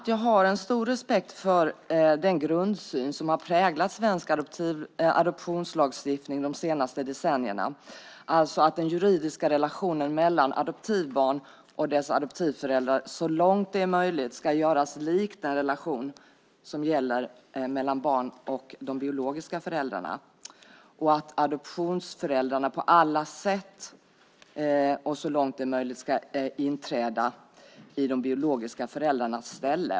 Jag har stor respekt för den grundsyn som har präglat svensk adoptionslagstiftning de senaste decennierna, alltså att den juridiska relationen mellan adoptivbarn och deras adoptivföräldrar så långt det är möjligt ska göras lik den relation som gäller mellan barn och biologiska föräldrar och att adoptionsföräldrarna på alla sätt och så långt det är möjligt ska inträda i de biologiska föräldrarnas ställe.